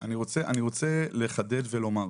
אני רוצה לחדד ולומר,